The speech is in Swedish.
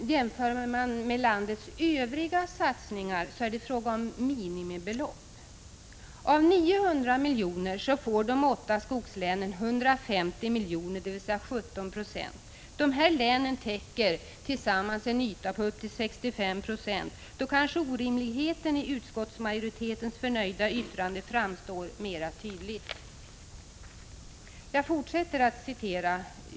Jämför man med landets övriga satsningar är det fråga om minimibelopp. Av 900 miljoner får de åtta skogslänen 150 miljoner, dvs. 17 20. Dessa län täcker tillsammans 65 96 av landets yta. Då kanske orimligheten i utskottsmajoritetens förnöjda yttrande framstår tydligare.